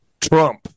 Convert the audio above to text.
Trump